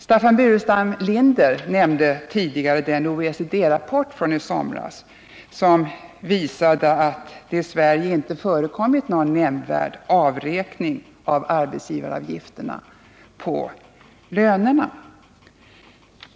Staffan Burenstam Linder pekade tidigare på den OECD-rapport från i somras som visade att det i Sverige inte förekommit någon nämnvärd avräkning av arbetsgivaravgifterna på lönerna.